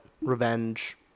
revenge